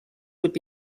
would